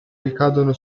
ricadono